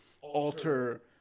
alter